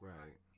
Right